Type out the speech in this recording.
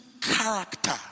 character